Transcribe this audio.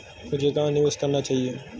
मुझे कहां निवेश करना चाहिए?